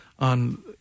On